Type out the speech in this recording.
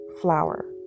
flour